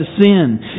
sin